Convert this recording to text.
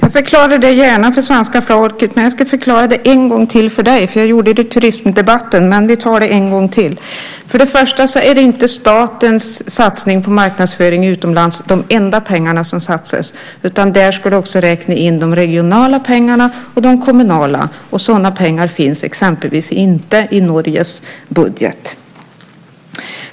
Herr talman! Jag förklarar det gärna för svenska folket, men jag ska förklara det en gång till för dig. Jag gjorde det i turismdebatten, men vi tar det en gång till. För det första är inte statens satsning på marknadsföring utomlands de enda pengar som satsas. Där ska du också räkna in de regionala pengarna och de kommunala. Sådana pengar finns exempelvis inte i Norges budget.